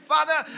Father